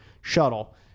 shuttle